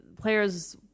players –